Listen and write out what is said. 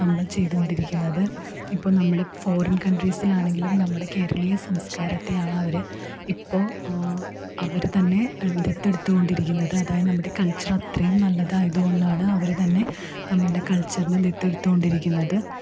നമ്മൾ ചെയ്തുകൊണ്ടിരിക്കുന്നത് ഇപ്പോള് നമ്മള് ഫോറിൻ കൺട്രീസിൽ ആണെങ്കിലും നമ്മുടെ കേരളീയ സംസ്കാരത്തെയാണ് അവര് ഇപ്പോള് അവര് തന്നെ ദത്തെടുത്തു കൊണ്ടിരിക്കുന്നത് അതായത് നമ്മടെ കൾച്ചർ അത്രയും നല്ലതായതുകൊണ്ടാണ് അവര് തന്നെ നമ്മളുടെ കൾച്ചറിനെ ദത്തെടുത്തുകൊണ്ടിരിക്കുന്നത്